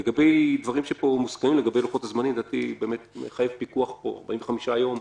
לגבי לוחות הזמנים, לדעתי זה מחייב פיקוח, 45 יום,